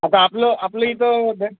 आता आपलं आपलं इथं द